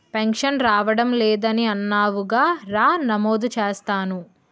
pension రావడం లేదని అన్నావుగా రా నమోదు చేస్తాను